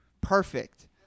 Perfect